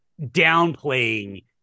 downplaying